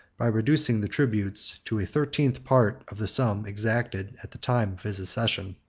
by reducing the tributes to a thirteenth part of the sum exacted at the time of his accession.